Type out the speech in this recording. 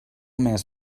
més